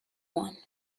one